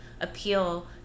appeal